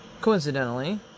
Coincidentally